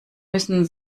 müssen